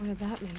and that